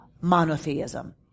monotheism